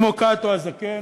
כמו קאטו הזקן,